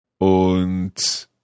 Und